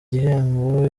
gihembo